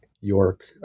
York